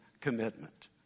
commitment